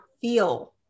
feel